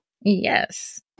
Yes